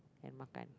and makan